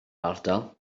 ardal